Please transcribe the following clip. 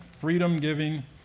freedom-giving